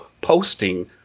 posting